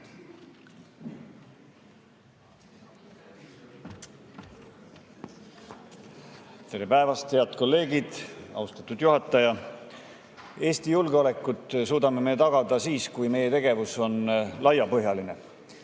Tere päevast, head kolleegid! Austatud juhataja! Eesti julgeoleku suudame me tagada siis, kui meie tegevus on laiapõhjaline.